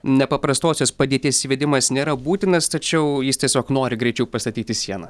nepaprastosios padėties įvedimas nėra būtinas tačiau jis tiesiog nori greičiau pastatyti sieną